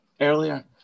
earlier